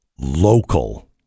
local